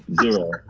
zero